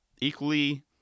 Equally